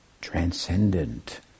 transcendent